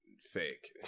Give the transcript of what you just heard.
fake